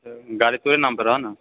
अच्छा गाड़ी तोरे नाम पर रहऽ ने